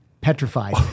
petrified